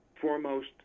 foremost